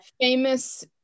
famous